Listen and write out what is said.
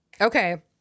Okay